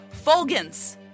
Fulgens